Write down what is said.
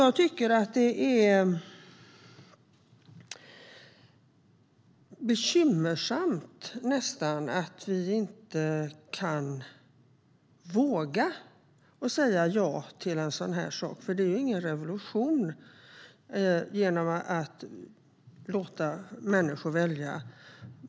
Jag tycker att det nästan är bekymmersamt att vi inte kan våga säga ja till en sådan här sak. Det är ju inte fråga om någon revolution om man låter människor välja.